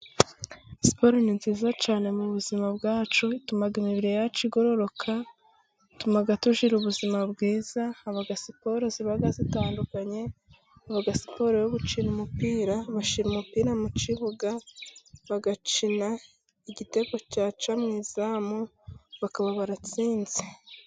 Siporo ni nziza cyane mu buzima bwacu, ituma imibiri yacu igororoka, ituma tugira ubuzima bwiza. Haba siporo ziba zitandukanye, haba siporo yo gukina umupira, bashyira umupira mu kibuga bagakina igitego cyaca mu izamu bakaba baratsinze.